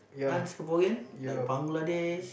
non Singaporean like Bangladesh